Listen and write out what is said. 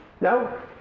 No